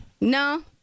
No